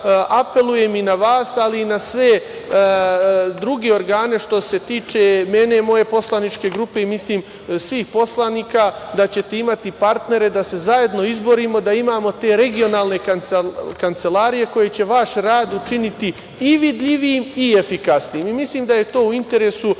apelujem i na vas, ali i na sve druge organe, što se tiče mene, moje poslaničke grupe i mislim svih poslanika, da ćete imati partnere da se zajedno izborimo, da imamo te regionalne kancelarije, koje će vaš rad učiniti i vidljivijim i efikasnijim. Mislim da je to u interesu